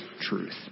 truth